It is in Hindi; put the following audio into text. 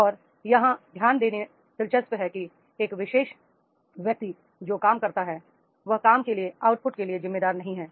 और यहां ध्यान देना दिलचस्प है कि एक विशेष व्यक्ति जो काम कर रहा है वह काम के केवल आउटपुट के लिए जिम्मेदार नहीं है